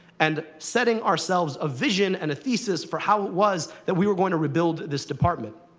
and setting ourselves a vision and a thesis for how it was that we were going to rebuild this department.